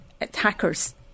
attackers